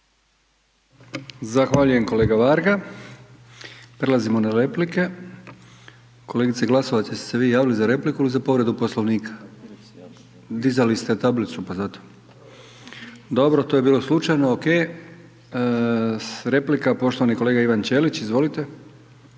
Zahvaljujem kolega Varga. Prelazimo na replike. Kolegice Glasovac jeste se vi javili za repliku ili za povredu Poslovnika? Dizali ste tablicu pa zato. Dobro, to je bilo slučajno, ok. Replika poštovani kolega Ivan Ćelić. Izvolite.